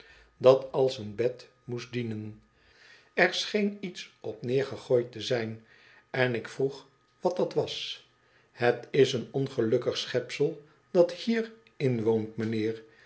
dat als een bed moest dienen er scheen iets op neer gegooid te zijn en ik vroeg wat dat was het is een ongelukkig schepsel dat hier inwoont mijnheer